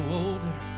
older